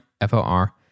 F-O-R